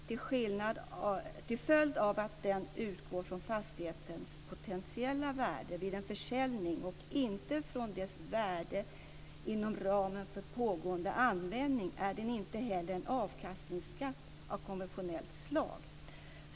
Till följd av att den utgår från fastighetens potentiella värde vid en försäljning och inte från dess värde inom ramen för pågående användning är den inte heller en avkastningsskatt av konventionellt slag.